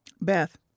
Beth